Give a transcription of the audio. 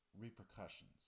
repercussions